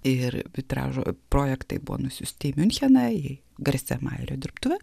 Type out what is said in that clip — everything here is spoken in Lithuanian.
ir vitražų projektai buvo nusiųsti į miuncheną į garsią majerio dirbtuvę